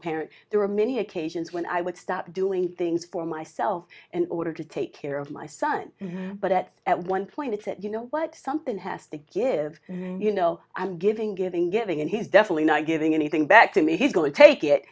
parent there are many occasions when i would stop doing things for myself and order to take care of my son but at at one point it's at you know what something has to give and you know i'm giving giving giving and he's definitely not giving anything back to me he's going to take it